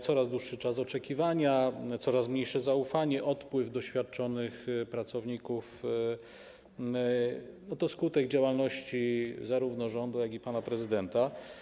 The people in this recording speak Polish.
Coraz dłuższy czas oczekiwania, coraz mniejsze zaufanie, odpływ doświadczonych pracowników to skutek działalności zarówno rządu, jak i pana prezydenta.